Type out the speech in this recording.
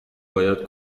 باید